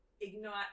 ignite